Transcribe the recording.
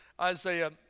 Isaiah